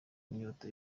inyota